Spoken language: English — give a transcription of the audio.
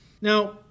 Now